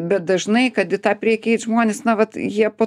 bet dažnai kad į tą preikį eit žmonės na vat jie po